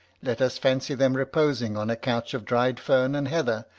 let us fancy them reposing on a couch of dried fern and heather,